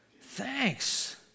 thanks